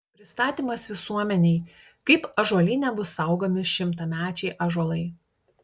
pristatymas visuomenei kaip ąžuolyne bus saugomi šimtamečiai ąžuolai